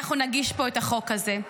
אנחנו נגיש פה את החוק הזה.